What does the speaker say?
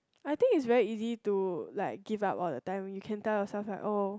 I think it's very easy to like give up all the time you can tell yourself like oh